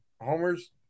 homers